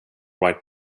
write